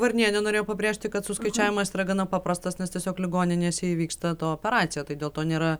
varnienė norėjo pabrėžti kad suskaičiavimas yra gana paprastas nes tiesiog ligoninėse įvyksta ta operacija tai dėl to nėra